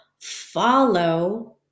follow